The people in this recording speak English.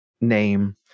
name